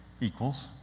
equals